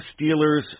Steelers